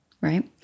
right